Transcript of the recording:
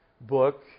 book